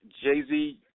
Jay-Z